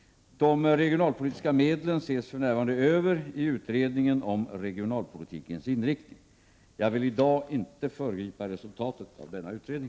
De regionalpolitiska medlen ses för närvarande över i utredningen om regionalpolitikens inriktning. Jag vill i dag inte föregripa resultaten av denna utredning.